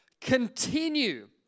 continue